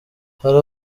hari